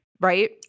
Right